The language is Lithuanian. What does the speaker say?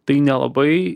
tai nelabai